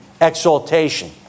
exaltation